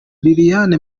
liliane